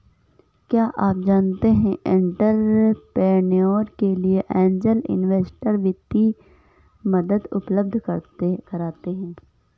क्या आप जानते है एंटरप्रेन्योर के लिए ऐंजल इन्वेस्टर वित्तीय मदद उपलब्ध कराते हैं?